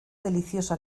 delicioso